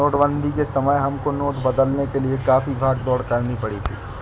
नोटबंदी के समय हमको नोट बदलवाने के लिए काफी भाग दौड़ करनी पड़ी थी